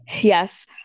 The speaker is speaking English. yes